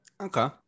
Okay